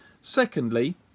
secondly